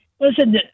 Listen